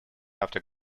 after